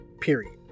period